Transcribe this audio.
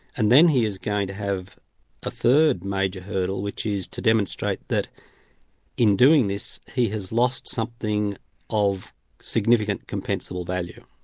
and then he is going to have a third major hurdle, which is to demonstrate that in doing this, he has lost something of significant compensable value.